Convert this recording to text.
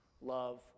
love